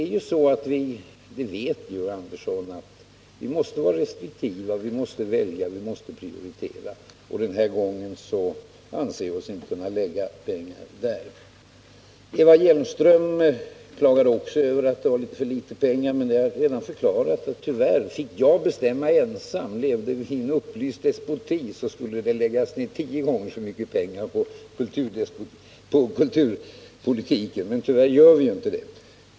Men Georg Andersson vet att vi måste vara restriktiva. Vi måste välja och vi måste prioritera, och den här gången anser vi oss inte kunna lägga pengar hos barnoch ungdomsorganisationerna. Eva Hjelmström klagade också över att det fanns för litet pengar. Jag har redan förklarat att fick jag bestämma ensam, om vi levde i en upplyst despoti, så skulle det läggas ner tio gånger så mycket pengar på kulturpolitiken, men nu är det ju inte på det sättet.